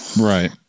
Right